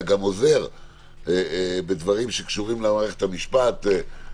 אלא גם עוזר בדברים שקשורים למערכת המשפט,